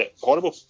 horrible